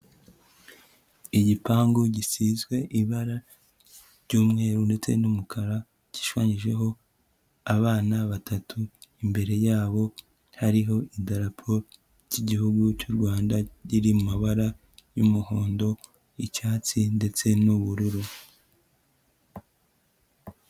Igipangu gisizwe ibara ry'umweru ndetse n'umukara, gishushanyijeho abana batatu, imbere yabo hariho idarapo ry'Igihugu cy'u Rwanda riri mu mabara y'umuhondo, icyatsi ndetse n'ubururu.